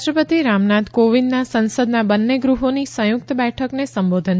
રાષ્ટ્રપતિ રામનાથ કોવિંદના સંસદના બંને ગૃહોની સંયુક્ત બેઠકને સંબોધન